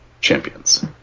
champions